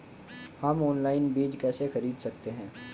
हम ऑनलाइन बीज कैसे खरीद सकते हैं?